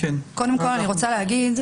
בבקשה.